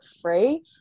free